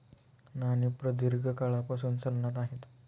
नाणी प्रदीर्घ काळापासून चलनात आहेत